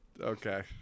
Okay